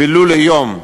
ולו ליום,